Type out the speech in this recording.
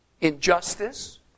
Injustice